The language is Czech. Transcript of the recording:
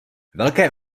velké